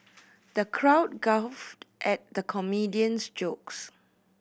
the crowd guffawed at the comedian's jokes